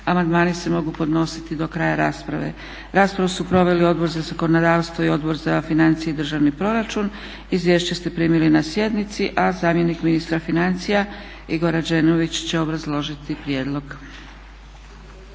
Amandmani se mogu podnositi do kraja rasprave. Raspravu su proveli Odbor za zakonodavstvu i Odbor za financije i državni proračun. Izvješće ste primili na sjednici. A zamjenik ministra financija Igor Rađenović će obrazložiti prijedlog.